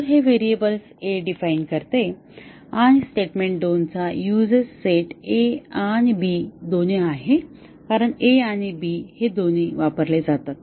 तर हे variable a define करते आणि स्टेटमेंट 2 चा USES सेट a आणि b दोन्ही आहे कारण a आणि b दोन्ही वापरले जातात